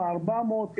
ב-400,